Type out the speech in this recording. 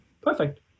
perfect